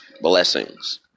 blessings